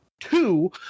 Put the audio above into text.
Two